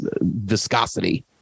viscosity